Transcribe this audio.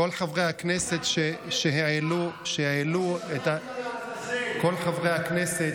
כל חברי הכנסת שהעלו את, מוטב תבקש סליחה על